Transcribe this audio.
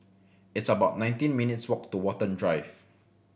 it's about nineteen minutes' walk to Watten Drive